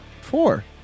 Four